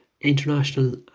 international